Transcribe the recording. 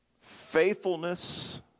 Faithfulness